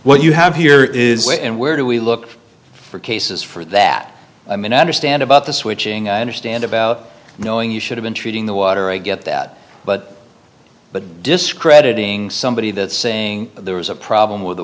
what you have here is and where do we look for cases for that i mean i understand about the switching i understand about knowing you should have been treating the water i get that but but discrediting somebody that's saying there was a problem with the